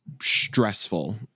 stressful